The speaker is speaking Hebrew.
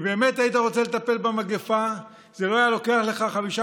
אם באמת היית רוצה לטפל במגפה זה לא היה לוקח לך חמישה